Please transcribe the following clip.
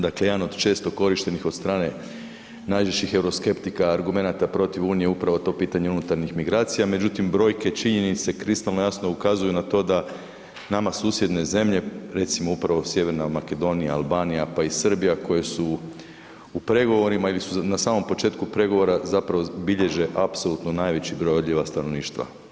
Dakle, jedan od često korištenih od strane najžešćih euroskeptika argumenata protiv Unije je upravo to pitanje unutarnjih migracija, međutim brojke, činjenice kristalno jasno ukazuju na to da nama susjedne zemlje, recimo upravo Sjeverna Makedonija, Albanija pa i Srbija koje su u pregovorima ili su na samom početku pregovora bilježe apsolutno najveći broj odlijeva stanovništva.